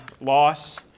loss